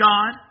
God